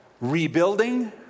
rebuilding